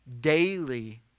daily